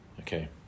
Okay